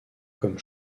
comme